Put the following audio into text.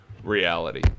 reality